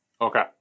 Okay